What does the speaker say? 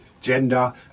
Gender